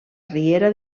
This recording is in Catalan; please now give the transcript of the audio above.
riera